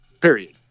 period